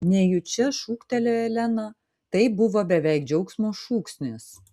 nejučia šūktelėjo elena tai buvo beveik džiaugsmo šūksnis